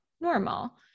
normal